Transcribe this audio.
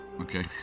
Okay